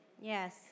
Yes